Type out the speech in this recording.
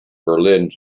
berlin